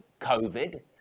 COVID